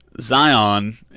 Zion